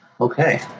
Okay